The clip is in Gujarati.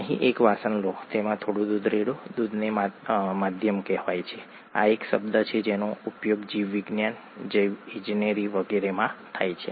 અહીં એક વાસણ લો તેમાં થોડું દૂધ રેડો દૂધને માધ્યમ કહેવાય છે આ એક શબ્દ છે જેનો ઉપયોગ જીવવિજ્ઞાન જૈવિક ઇજનેરી વગેરેમાં થાય છે